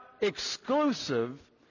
exclusive